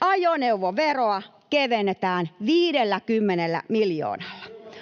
ajoneuvoveroa kevennetään 50 miljoonalla.